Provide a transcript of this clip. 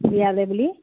বিয়ালৈ বুলি